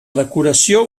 decoració